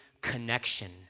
connection